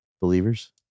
believers